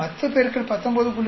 10 X 19